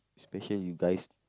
special you guys